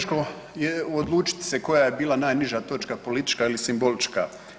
Teško je odlučit se koja je bila najniža točka politička ili simbolička.